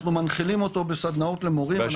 אנחנו מנחילים אותו לסדנאות למורים,